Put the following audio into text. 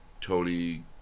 Tony